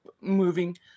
moving